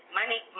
money